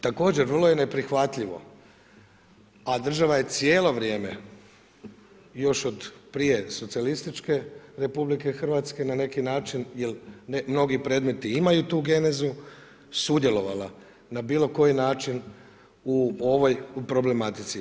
Također vrlo je neprihvatljivo, a država je cijelo vrijeme još od prije Socijalističke Republike Hrvatske na neki način, jer mnogi predmeti imaju tu genezu sudjelovala na bilo koji način u ovoj problematici.